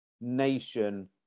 nation